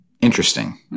interesting